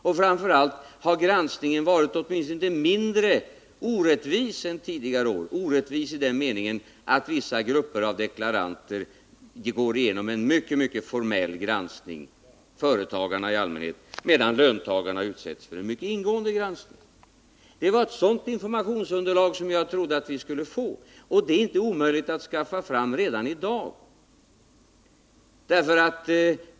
Och framför allt: Har granskningen åtminstone inte varit mer orättvis än tidigare år — orättvis i den meningen att vissa deklarationer, dvs. i allmänhet företagarnas, genomgår en mycket formell granskning, medan löntagarnas deklarationer utsätts för en mycket ingående granskning. Det var ett sådant informationsunderlag som jag trodde att vi skulle få. Det är inte omöjligt att redan i dag skaffa fram det underlaget.